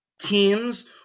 teams